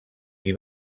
qui